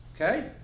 okay